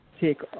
take